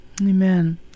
Amen